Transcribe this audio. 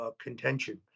contention